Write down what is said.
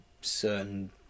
certain